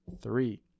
three